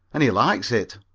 and he likes it.